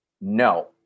no